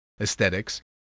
aesthetics